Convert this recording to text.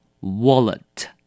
wallet